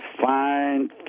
fine